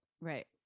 Right